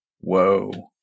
Whoa